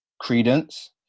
credence